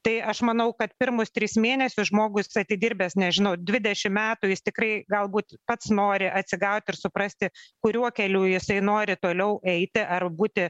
tai aš manau kad pirmus tris mėnesius žmogus atidirbęs nežinau dvidešim metų jis tikrai galbūt pats nori atsigaut ir suprasti kuriuo keliu jisai nori toliau eiti ar būti